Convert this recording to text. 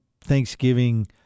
Thanksgiving